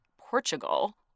Portugal